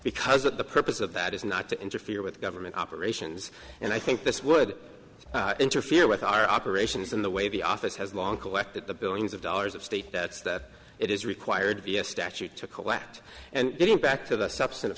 because that the purpose of that is not to interfere with government operations and i think this would interfere with our operations in the way the office has long collected the billions of dollars of state that it is required vs statute to collect and getting back to the subset of